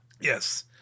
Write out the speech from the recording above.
Yes